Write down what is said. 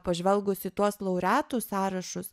pažvelgus į tuos laureatų sąrašus